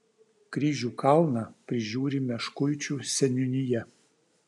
kryžių kalną prižiūri meškuičių seniūnija